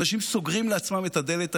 אנשים סוגרים לעצמם את הדלת הנפשית,